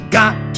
got